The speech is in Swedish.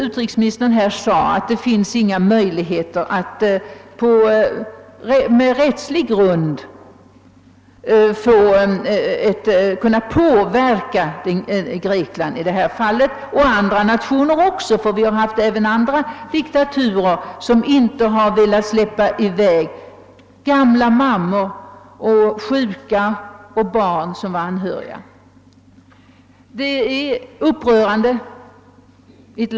Utrikesministern har nu förklarat att vi inte har några möjligheter att på rättslig grund påverka Grekland i detta fall — eller när det gäller andra nationer där man har diktatur och där de styrande inte har velat släppa iväg gamla mödrar, sjuka och barn som varit anhöriga till den person det gällt.